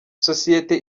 sosiyete